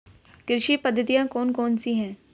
कृषि पद्धतियाँ कौन कौन सी हैं?